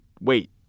Wait